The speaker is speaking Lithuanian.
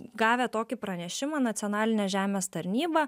gavę tokį pranešimą nacionalinė žemės tarnyba